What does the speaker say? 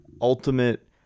ultimate